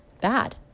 bad